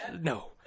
no